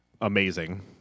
amazing